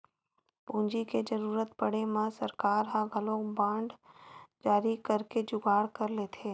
पूंजी के जरुरत पड़े म सरकार ह घलोक बांड जारी करके जुगाड़ कर लेथे